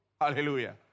Hallelujah